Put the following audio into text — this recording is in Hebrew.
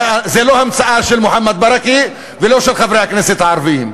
זו לא המצאה של מוחמד ברכה ולא של חברי הכנסת הערבים: